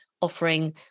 offering